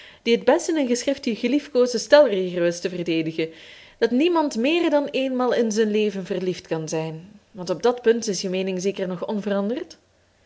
die het best in een geschrift je geliefkoosden stelregel wist te verdedigen dat niemand meer dan eenmaal in zijn leven verliefd kan zijn want op dat punt is je meening zeker nog onveranderd